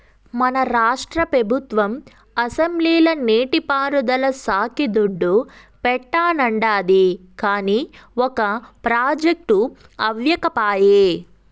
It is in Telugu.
మన రాష్ట్ర పెబుత్వం అసెంబ్లీల నీటి పారుదల శాక్కి దుడ్డు పెట్టానండాది, కానీ ఒక ప్రాజెక్టు అవ్యకపాయె